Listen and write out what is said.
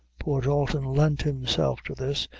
poor dalton lent himself to this,